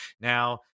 Now